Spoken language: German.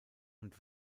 und